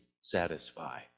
satisfy